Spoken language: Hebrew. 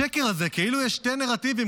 השקר הזה כאילו יש שני נרטיבים,